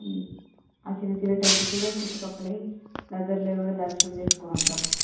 ఆ చిన్న చిన్న టెంపుల్ కూడా చుట్టుపక్కలవి దగ్గరవి కూడా దర్శనం చేసుకుని వద్దాం